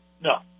No